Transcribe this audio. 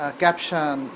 caption